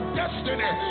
destiny